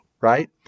right